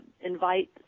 invite